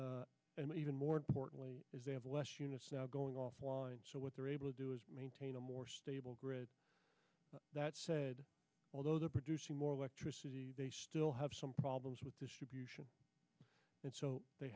and even more importantly is they have less units now going offline so what they're able to do is maintain a more stable grid that said although they're producing more electricity still have some problems with this and so they